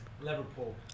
Liverpool